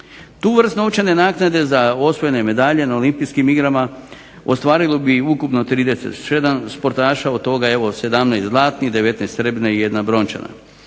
Tu vrst novčane naknade za osvojene medalje na Olimpijskim igrama ostvarilo bi ukupno 37 sportaša – od toga evo 17 zlatnih, 19 srebrnih i 1 brončana.